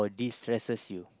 destresses you